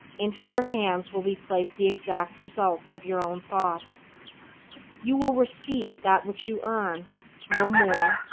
into your hands will be placed the exact results of your own thoughts you will receive that which you earn no more,